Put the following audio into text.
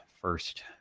first